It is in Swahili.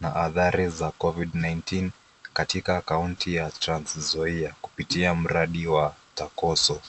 na hadhari za covid-19 katika kaunti ya Transnzoia kupitia mradi wa Takoso.